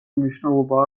მნიშვნელობა